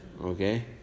Okay